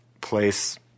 place